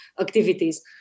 activities